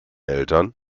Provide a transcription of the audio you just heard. eltern